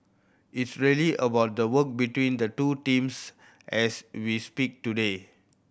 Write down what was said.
it's really about the work between the two teams as we speak today